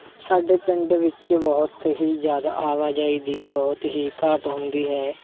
ਸਾਡੇ ਪਿੰਡ ਵਿੱਚ ਬਹੁਤ ਹੀ ਜ਼ਿਆਦਾ ਆਵਾਜਾਈ ਦੀ ਬਹੁਤ ਹੀ ਘਾਟ ਹੁੰਦੀ ਹੈ